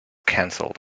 canceled